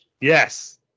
Yes